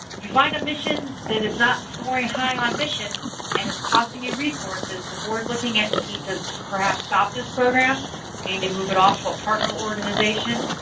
if you find a mission that is not score high on mission and it's costing your resources, the board looking at we need to perhaps stop this program. we need to move it off to a partner organization.